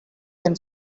can